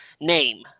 name